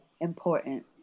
important